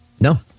No